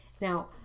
Now